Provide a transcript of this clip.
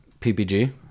PPG